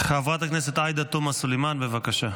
חברת הכנסת עאידה תומא סלימאן, בבקשה.